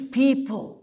people